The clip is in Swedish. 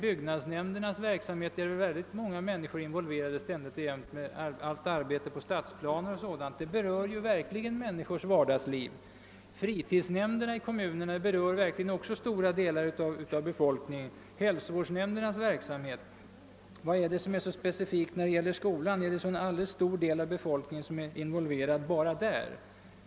Byggnadsnämndens verksamhet med stadsplaner o.s.v. berör många människors vardagsliv, och fritidsnämndernas och hälsovårdsnämndernas verksamhet involverar också stora delar av befolkningen i kommunen.